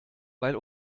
weil